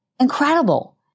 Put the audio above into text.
Incredible